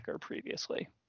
previously